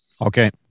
Okay